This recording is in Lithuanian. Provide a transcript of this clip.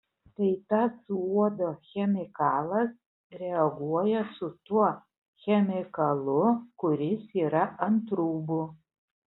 tai tas uodo chemikalas reaguoja su tuo chemikalu kuris yra ant rūbų